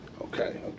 Okay